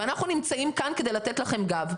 ואנחנו נמצאים כאן כדי לתת לכם גב.